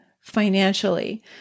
financially